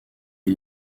est